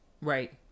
Right